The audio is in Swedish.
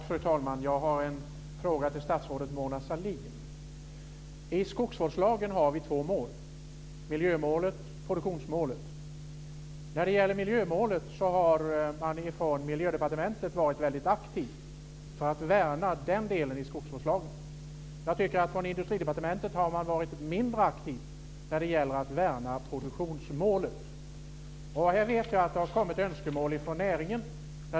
Fru talman! Jag har en fråga till statsrådet Mona Sahlin. I skogsvårdslagen finns det två mål, nämligen miljömålet och produktionsmålet. När det gäller miljömålet har man från Miljödepartementet varit väldigt aktiv för att värna den delen i skogsvårdslagen. Jag tycker dock att man från Industridepartementet har varit mindre aktiv när det gäller att värna produktionsmålet. Jag vet att det har kommit önskemål från näringen.